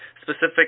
specific